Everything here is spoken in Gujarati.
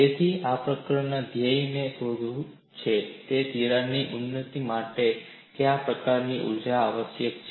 તેથી આ પ્રકરણમાં ધ્યેય એ શોધવાનું છે કે તિરાડની ઉન્નતિ માટે કયા પ્રકારની ઊર્જા આવશ્યક છે